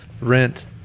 rent